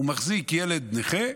הוא מחזיק ילד נכה,